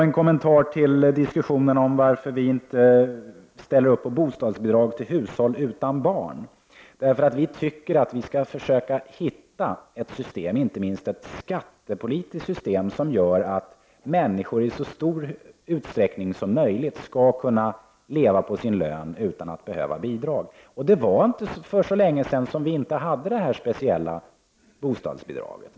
En kommentar till diskussionen om att vi moderater inte ställer upp bakom bostadsbidrag till hushåll utan barn: Vi tycker att vi i stället skall försöka hitta ett system — inte minst ett skattepolitiskt system — som gör att människor i så stor utsträckning som möjligt skall kunna leva på sin lön utan att behöva bidrag. Det var ju inte för så länge sedan som det här speciella bidraget infördes.